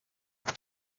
but